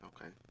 Okay